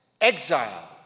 exiled